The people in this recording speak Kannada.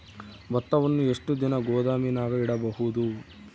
ಭತ್ತವನ್ನು ಎಷ್ಟು ದಿನ ಗೋದಾಮಿನಾಗ ಇಡಬಹುದು?